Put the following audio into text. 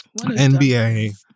NBA